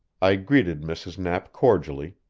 i greeted mrs. knapp cordially,